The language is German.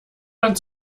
man